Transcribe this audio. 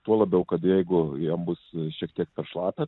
tuo labiau kad jeigu jam bus šiek tiek per šlapia